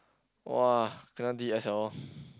!wah! kena ah